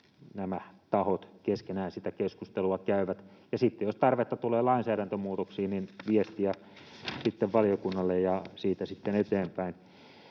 että nämä tahot keskenään sitä keskustelua käyvät ja sitten jos tarvetta tulee lainsäädäntömuutoksiin, niin viestiä menee sitten valiokunnalle ja siitä sitten eteenpäin.